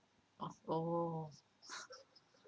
oh